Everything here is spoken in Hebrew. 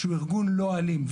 שהוא ארגון לא אלים,